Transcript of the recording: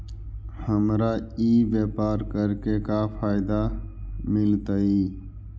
हमरा ई व्यापार करके का फायदा मिलतइ?